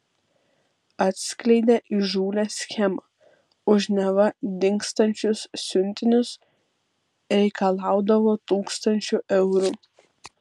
atskleidė įžūlią schemą už neva dingstančius siuntinius reikalaudavo tūkstančių eurų